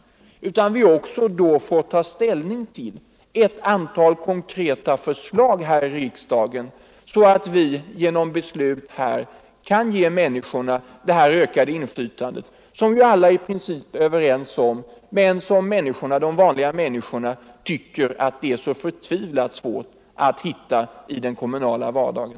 Men vi kommer då också att kunna ta ställning till konkreta förslag här i riksdagen, så att vi genom beslut här kan ge människorna det ökade inflytande som alla i princip är överens om men som människorna tycker att det är så förtvivlat svårt att hitta i den kommunala vardagen.